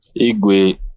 Igwe